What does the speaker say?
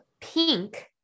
pink